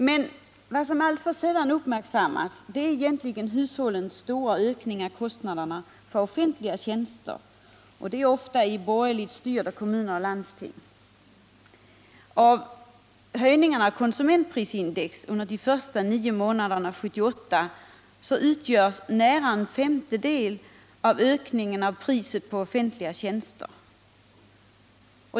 Men vad som alltför sällan uppmärksammas är hushållens stora ökning av kostnaderna för offentliga tjänster, ofta i borgerligt styrda kommuner och landsting. Nära en femtedel av höjningarna av konsumentprisindex under de första nio månaderna 1978 utgörs av ökningen av priset på offentliga tjänster.